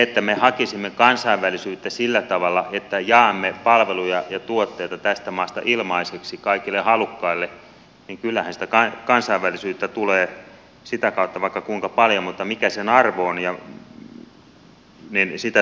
jos me hakisimme kansainvälisyyttä sillä tavalla että jaamme palveluja ja tuotteita tästä maasta ilmaiseksi kaikille halukkaille niin kyllähän sitä kansainvälisyyttä tulisi sitä kautta vaikka kuinka paljon mutta mikä sen arvo on sitä sopii kysyä